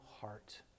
heart